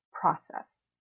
process